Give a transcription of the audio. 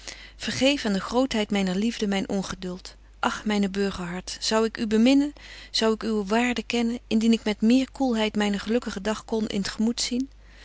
vergeef aan de grootheid myner liefde myn ongeduld ach myne burgerhart zou ik u beminnen zou ik uwe waarde kennen indien ik met meer koelheid myn gelukkigen dag kon in t gemoet zien